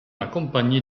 accompagné